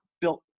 built